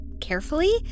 carefully